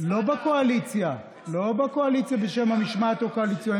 לא בקואליציה בשם המשמעת הקואליציונית,